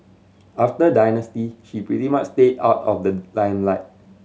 after Dynasty she pretty much stayed out of the limelight